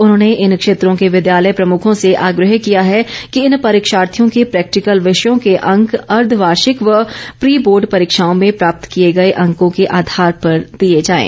उन्होंने इन क्षेत्रों के विद्यालय प्रमुखों से आग्रह किया है कि इन परीक्षार्थियों के प्रैक्किल विषयों के अंक अर्ध वार्षिक व प्री बोर्ड परीक्षाओं में प्राप्त किये गए अंकों के आधार पर दिए जाएं